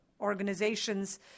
organizations